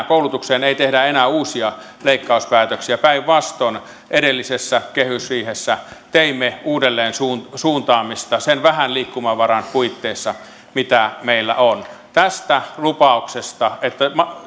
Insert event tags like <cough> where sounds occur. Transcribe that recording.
<unintelligible> koulutukseen ei tehdä enää uusia leikkauspäätöksiä päinvastoin edellisessä kehysriihessä teimme uudelleensuuntaamista sen vähän liikkumavaran puitteissa mitä meillä on tästä lupauksesta että